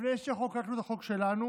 לפני שחוקקנו את החוק שלנו,